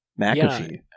mcafee